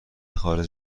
خارج